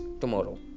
tomorrow